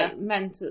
mental